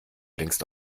längst